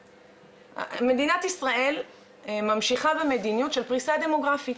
מדינת ישראל ממשיכה במדיניות של פריסה דמוגרפית